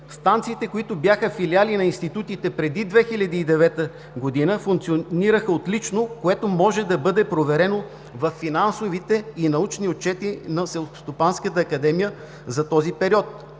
Станциите, които бяха филиали на институтите преди 2009 г., функционираха отлично, което може да бъде проверено във финансовите и научни отчети на Селскостопанската академия за този период.